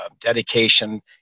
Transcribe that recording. dedication